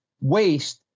waste